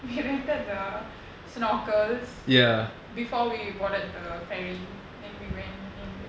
we rented the snorkels before we boarded the ferry then we went in